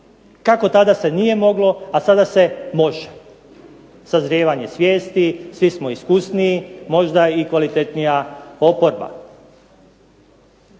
Kako tada se nije moglo, a sada se može? Sazrijevanje svijesti, svi smo iskusniji, možda i kvalitetnija oporba.